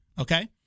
Okay